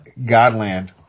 Godland